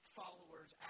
followers